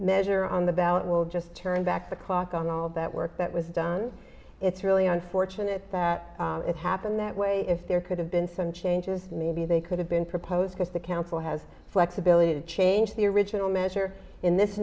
measure on the ballot will just turn back the clock on all that work that was done it's really unfortunate that it happened that way if there could have been some changes maybe they could have been proposed as the council has flexibility to change the original measure in this